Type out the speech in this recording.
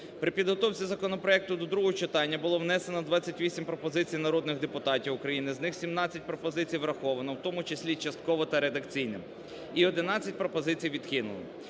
При підготовці законопроекту до другого читання було внесено 28 пропозицій народних депутатів України, з них 17 пропозицій враховано, в тому числі частково та редакційно, і 11 пропозицій відхилено.